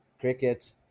cricket